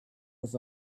with